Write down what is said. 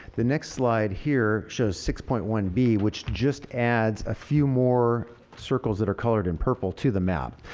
the next slide here shows six point one b, which just adds a few more circles that are colored in purple to the map.